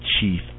chief